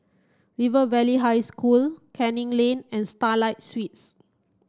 River Valley High School Canning Lane and Starlight Suites